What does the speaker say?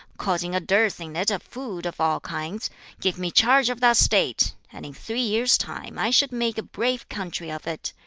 causing a dearth in it of food of all kinds give me charge of that state, and in three years' time i should make a brave country of it,